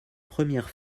première